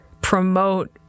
promote